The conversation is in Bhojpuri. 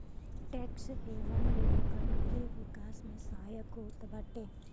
टेक्स हेवन लोगन के विकास में सहायक होत बाटे